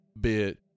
bit